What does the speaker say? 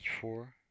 four